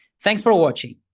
thanks for watching.